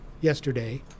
yesterday